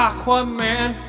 Aquaman